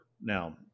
Now